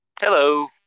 hello